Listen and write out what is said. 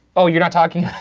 oh, you're not talking,